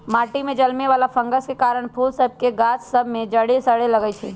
माटि में जलमे वला फंगस के कारन फूल सभ के गाछ सभ में जरी सरे लगइ छै